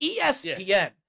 ESPN